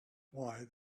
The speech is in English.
why